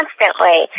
constantly